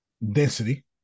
Density